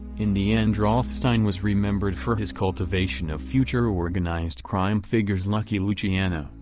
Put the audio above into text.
in the end rothstein was remembered for his cultivation of future organized crime figures lucky luciano,